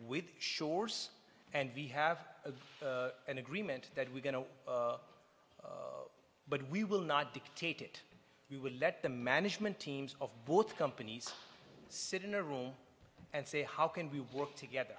with shores and we have an agreement that we're going to but we will not dictate it we will let the management teams of both companies sit in a room and say how can we work together